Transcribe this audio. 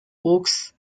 oaks